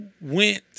went